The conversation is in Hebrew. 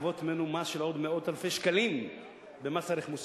לגבות ממנו מס של עוד מאות אלפי שקלים במס ערך מוסף.